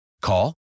Call